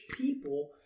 people